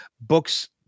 books